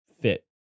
fit